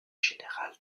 générales